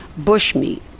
bushmeat